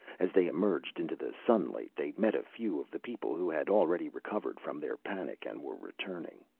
as they emerged into the sunlight they met a few of the people who had already recovered from their panic and were returning.